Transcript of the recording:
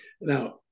Now